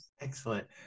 Excellent